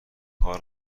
کار